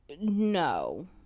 No